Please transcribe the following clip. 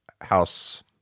house